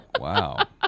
Wow